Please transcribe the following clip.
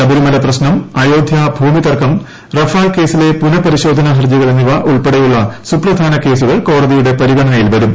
ശബരിമല പ്രശ്നം അയോധ്യ ഭൂമിതർക്കം റഫാൽ കേസിലെ പുനഃപരിശോധനാ ഹർജികൾ എന്നിവ ഉൾപ്പെടെയുള്ള സുപ്രധാന കേസുകൾ കോടതിയുടെ പരിഗണനയിൽ വരും